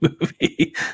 movie